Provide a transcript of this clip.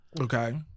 Okay